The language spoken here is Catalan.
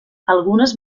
algunes